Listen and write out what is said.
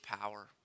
power